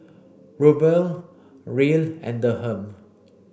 Ruble Riel and Dirham